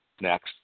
Next